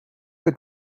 het